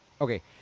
Okay